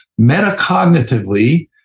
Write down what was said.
metacognitively